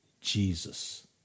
Jesus